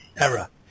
Error